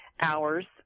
hours